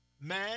man